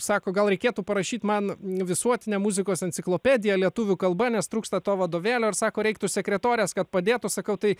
sako gal reikėtų parašyt man visuotinę muzikos enciklopediją lietuvių kalba nes trūksta to vadovėlio ir sako reiktų sekretorės kad padėtų sakau tai